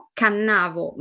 cannavo